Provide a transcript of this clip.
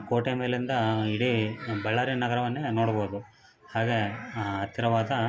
ಕೋಟೆ ಮೇಲಿಂದ ಇಡಿ ಬಳ್ಳಾರಿ ನಗರವನ್ನೇ ನೋಡಬೋದು ಹಾಗೆ ಹತ್ತಿರವಾದ